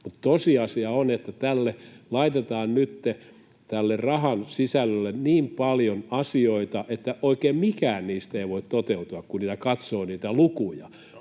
Tosiasia on, että tälle rahan sisällölle laitetaan nytten niin paljon asioita, että oikein mikään niistä ei voi toteutua, kun katsoo niitä lukuja.